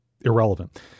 irrelevant